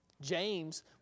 James